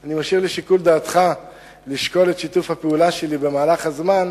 אני משאיר לשיקול דעתך לשקול את שיתוף הפעולה שלי במהלך הזמן,